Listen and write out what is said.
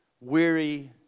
weary